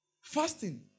fasting